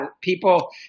people